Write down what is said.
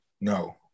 No